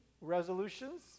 resolutions